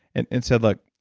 and and said, look,